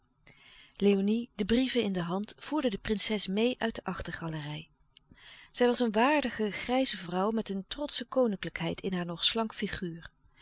léonie de brieven in de hand voerde de prinses meê uit de achtergalerij zij was een waardige grijze vrouw met een trotsche koninklijkheid in haar nog slank figuur